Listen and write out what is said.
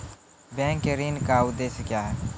Bank के ऋण का उद्देश्य क्या हैं?